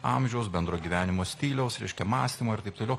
amžiaus bendro gyvenimo stiliaus reiškia mąstymo ir taip toliau